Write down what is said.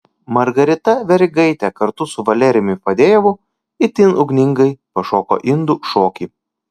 margarita verigaitė kartu su valerijumi fadejevu itin ugningai pašoko indų šokį